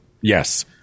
Yes